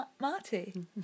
Marty